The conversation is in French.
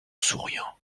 souriant